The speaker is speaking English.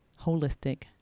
holistic